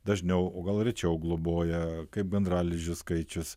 dažniau o gal rečiau globoja kaip gandralizdžių skaičius